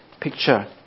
picture